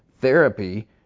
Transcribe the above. therapy